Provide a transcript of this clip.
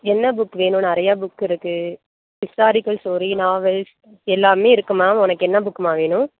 என்ன புக் வேணும் நிறைய புக் இருக்கு ஹிஸ்டாரிக்கல் ஸ்டோரி நாவல்ஸ் எல்லாமே இருக்குமா உனக்கு என்ன புக்குமா வேணும்